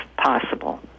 possible